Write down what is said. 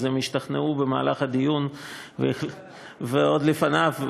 הם השתכנעו בדיון ועוד לפניו,